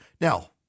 Now